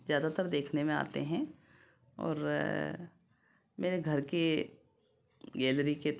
ज्यादातर देखने में आते हैं और मेरे घर के गैलरी के